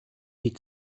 die